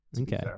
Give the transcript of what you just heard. okay